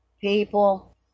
people